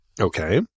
Okay